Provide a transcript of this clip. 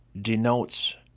denotes